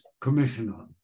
commissioner